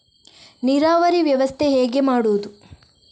ನೀರಾವರಿ ವ್ಯವಸ್ಥೆ ಹೇಗೆ ಮಾಡುವುದು?